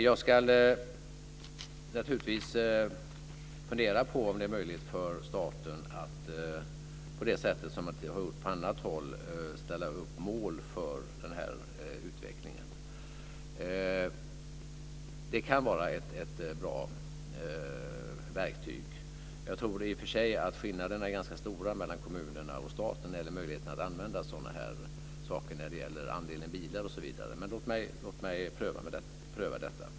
Jag ska naturligtvis fundera på om det är möjligt för staten att på det sätt som har gjorts på annat håll ställa upp mål för denna utveckling. Det kan vara ett bra verktyg. Jag tror i och för sig att skillnaderna är ganska stora mellan kommunerna och staten när det gäller möjligheterna att använda sådana mål vad beträffar andelen bilar, osv., men låt mig pröva detta.